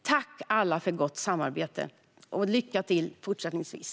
Tack, alla, för gott samarbete, och lycka till fortsättningsvis!